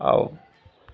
ଆଉ